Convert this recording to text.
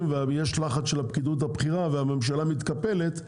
ויש לחץ של הפקידות הבכירה והממשלה מתקפלת,